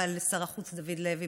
שר החוץ דוד לוי,